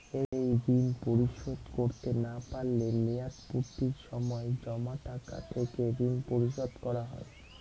এই ঋণ পরিশোধ করতে না পারলে মেয়াদপূর্তির সময় জমা টাকা থেকে ঋণ পরিশোধ করা হয়?